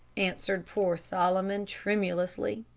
answered poor solomon, tremulously.